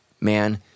man